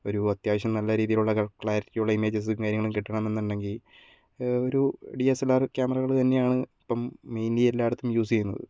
ഒരു അത്യാവശ്യം നല്ല രീതിയിലുള്ള ക്ലാരിറ്റിയുള്ള ഇമേജസും കാര്യങ്ങളും കിട്ടണം എന്നുണ്ടെങ്കിൽ ഒരു ഡി എസ് എൽ ആർ ക്യാമറകൾ തന്നെയാണ് ഇപ്പം മെയിൻലി എല്ലായിടത്തും യൂസ് ചെയ്യുന്നത്